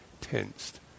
tensed